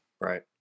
Right